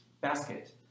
basket